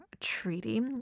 Treaty